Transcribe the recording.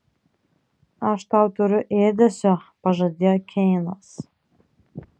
aš tau turiu ėdesio pažadėjo keinas